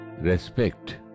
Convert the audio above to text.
Respect